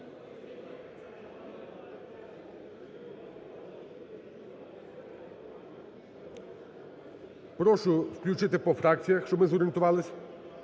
Прошу включити по фракціях, щоб ми зорієнтувались.